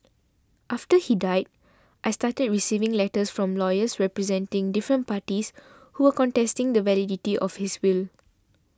after he died I started receiving letters from lawyers representing different parties who were contesting the validity of his will